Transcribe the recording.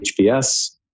HBS